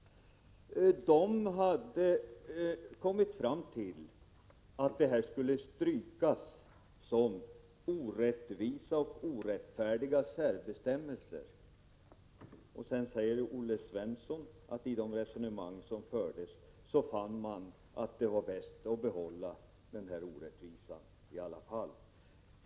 De kom fram till att denna regel skulle strykas såsom en orättvis och orättfärdig särbestämmelse. Olle Svensson säger då att man vid de resonemang som fördes fann att det i alla fall var bäst att behålla denna orättvisa.